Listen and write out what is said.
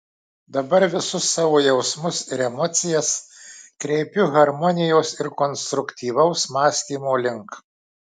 dabar visus savo jausmus ir emocijas kreipiu harmonijos ir konstruktyvaus mąstymo link